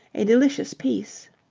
a delicious peace.